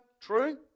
True